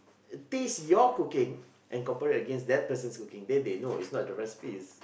taste your cooking and compared it against that person's cooking then they know is not the recipes